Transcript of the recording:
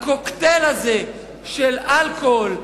הקוקטייל הזה של אלכוהול,